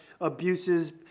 abuses